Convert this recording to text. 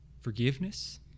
forgiveness